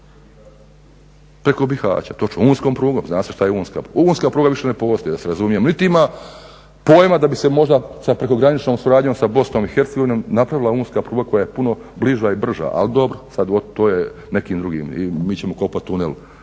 preko Bihaća unskom prugom, zna se što je. Unska pruga više ne postoji da se razumijemo niti ima pojma da bi se možda sa prekograničnom suradnjom sa BiH napravila unska pruga koja je puno bliža i brža, ali dobro to je nekim drugim. MI ćemo kopati tunel